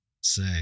say